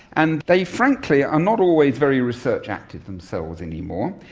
and they frankly are not always very research active themselves anymore,